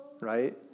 Right